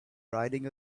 riding